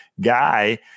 guy